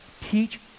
Teach